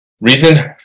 Reason